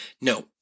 No